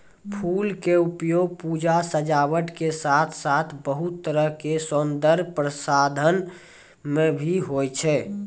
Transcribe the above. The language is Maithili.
फूल के उपयोग पूजा, सजावट के साथॅ साथॅ बहुत तरह के सौन्दर्य प्रसाधन मॅ भी होय छै